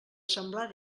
semblar